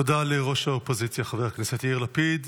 תודה לראש האופוזיציה חבר הכנסת יאיר לפיד.